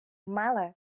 меле